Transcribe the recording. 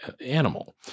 animal